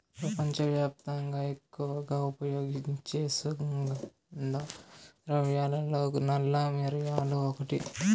ప్రపంచవ్యాప్తంగా ఎక్కువగా ఉపయోగించే సుగంధ ద్రవ్యాలలో నల్ల మిరియాలు ఒకటి